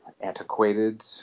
antiquated